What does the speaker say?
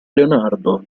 leonardo